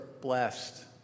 blessed